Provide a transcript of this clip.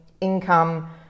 income